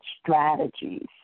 strategies